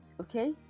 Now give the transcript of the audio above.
Okay